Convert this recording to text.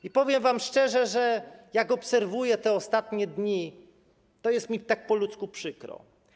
I powiem wam szczerze, że jak obserwuję te ostatnie dni, to jest mi tak po ludzku przykro.